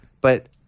but-